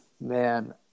Man